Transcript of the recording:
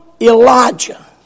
Elijah